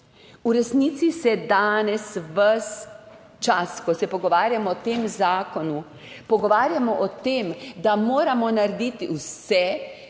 V resnici se danes ves čas, ko se pogovarjamo o tem zakonu, pogovarjamo o tem, da moramo narediti vse,